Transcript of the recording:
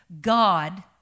God